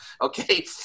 Okay